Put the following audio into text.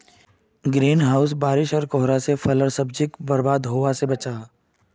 green house बारिश आर कोहरा से फल सब्जिक बर्बाद होवा से बचाहा